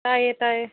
ꯇꯥꯏꯌꯦ ꯇꯥꯏꯌꯦ